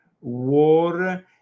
War